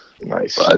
Nice